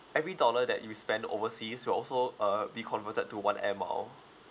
every dollar that you spend overseas will also uh be converted to one air mile